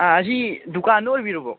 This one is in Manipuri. ꯑꯁꯤ ꯗꯨꯀꯥꯟꯗꯨ ꯑꯣꯏꯕꯤꯔꯕꯣ